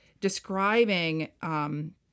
describing